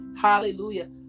Hallelujah